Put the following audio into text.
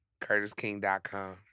CurtisKing.com